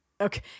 Okay